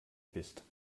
bist